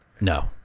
No